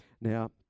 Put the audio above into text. Now